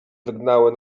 wygnały